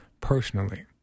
personally